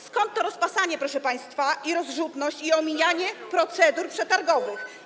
Skąd to rozpasanie, proszę państwa, i rozrzutność, i omijanie procedur przetargowych?